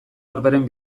orberen